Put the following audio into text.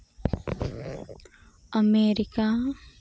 America